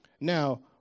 Now